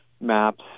maps